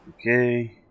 Okay